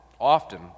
often